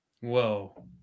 Whoa